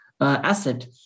asset